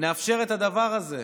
נאפשר את הדבר הזה.